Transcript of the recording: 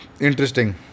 Interesting